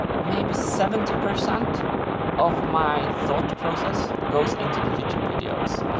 maybe seventy percent of my thought process goes into the youtube videos.